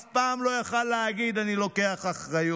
אף פעם הוא לא יכול היה להגיד: אני לוקח אחריות.